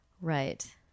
Right